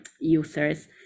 users